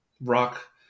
Rock